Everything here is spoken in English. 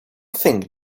think